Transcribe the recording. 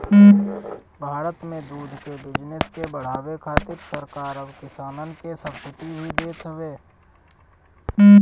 भारत में दूध के बिजनेस के बढ़ावे खातिर सरकार अब किसानन के सब्सिडी भी देत हवे